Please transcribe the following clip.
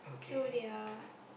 so they are